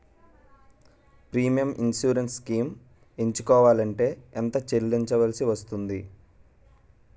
Premium insurance schemes ఎంచుకోవలంటే ఎంత చల్లించాల్సివస్తుంది??